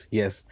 yes।